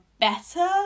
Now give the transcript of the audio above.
better